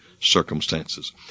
circumstances